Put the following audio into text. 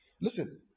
Listen